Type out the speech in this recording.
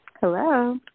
Hello